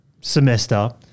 semester